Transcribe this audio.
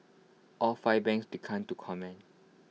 all five banks declined to comment